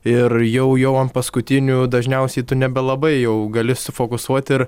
ir jau jau ant paskutinių dažniausiai tu nebelabai jau gali sufokusuoti ir